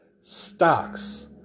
stocks